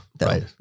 right